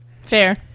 Fair